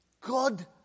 God